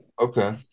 Okay